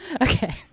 Okay